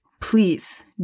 Please